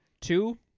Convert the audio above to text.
Two